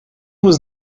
was